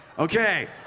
Okay